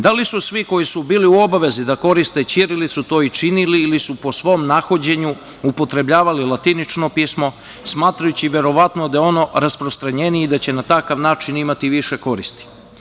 Da li su svi koji su bili u obavezi da koriste ćirilicu to i činili ili su po svom nahođenju upotrebljavali latinično pismo, smatrajući verovatno da je ono rasprostranjenije i da će na takav način imati više koristi?